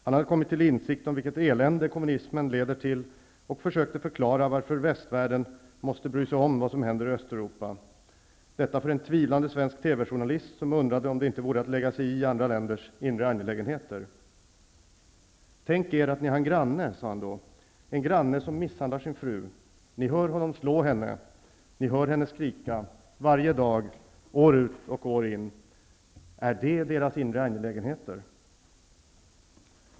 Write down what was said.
Han hade kommit till insikt om vilket elände kommunismen leder till och försökte förklara varför västvärlden måste bry sig om vad som händer i Östeuropa -- detta för en tvivlande svensk TV journalist, som undrade om det inte vore att lägga sig i andra länders inre angelägenheter. ''Tänk er att ni har en granne'', sade han då. ''En granne som misshandlar sin fru. Ni hör honom slå henne, ni hör henne skrika, varje dag, år ut och år in. Är det deras inre angelägenheter?''